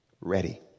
ready